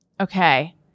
Okay